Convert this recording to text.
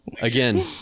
Again